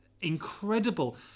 incredible